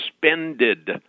suspended